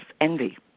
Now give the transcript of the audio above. envy